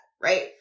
right